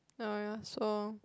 ya ya so